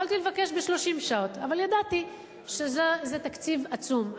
יכולתי לבקש ב-30 שעות, אבל ידעתי שזה תקציב עצום.